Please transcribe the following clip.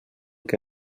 que